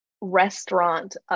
restaurant